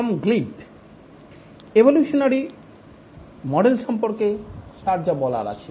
Tom Glib evolutionary model সম্পর্কে তার যা বলার আছে